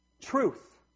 Truth